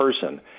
person